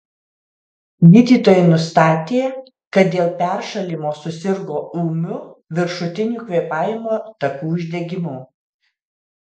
gydytojai nustatė kad dėl peršalimo susirgo ūmiu viršutinių kvėpavimo takų uždegimu